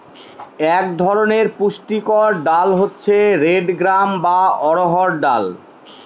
এক ধরনের পুষ্টিকর ডাল হচ্ছে রেড গ্রাম বা অড়হর ডাল